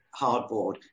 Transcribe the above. hardboard